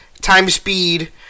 time-speed